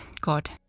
God